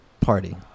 party